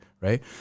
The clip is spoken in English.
right